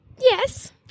Yes